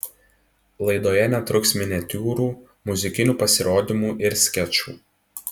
laidoje netruks miniatiūrų muzikinių pasirodymų ir skečų